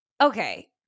okay